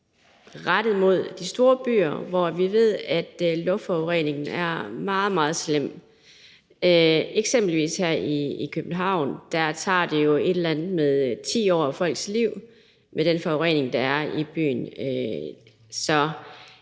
rettet mod de store byer, hvor vi ved, at luftforureningen er meget, meget slem. Eksempelvis tager det jo her i København omkring 10 år af folks liv med den forurening, der er i byen.